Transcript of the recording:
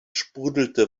sprudelte